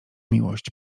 miłość